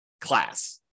class